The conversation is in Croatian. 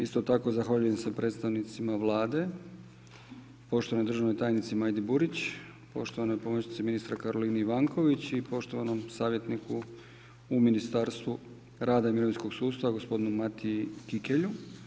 Isto tako zahvaljujem se predstavnicima Vlade, poštovanoj državnoj tajnici Majdi Burić, poštovanoj pomoćnici ministra Karolini Ivanković i poštovanom savjetniku u Ministarstvu rada i mirovinskog sustava gospodinu Matiji Kikelju.